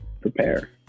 Prepare